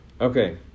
okay